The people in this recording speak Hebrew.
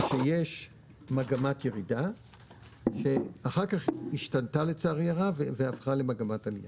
שיש מגמת ירידה שאחר כך השתנתה לצערי הרב והפכה למגמת עלייה.